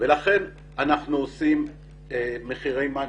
ולכן אנחנו עושים מחירי מים.